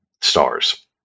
stars